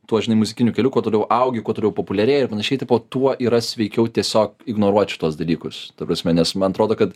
tuo žinai muzikiniu keliu kuo toliau augi kuo toliau populiarėji ir panašiai tipo tuo yra sveikiau tiesiog ignoruot šituos dalykus ta prasme nes man atrodo kad